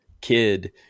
kid